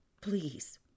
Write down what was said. Please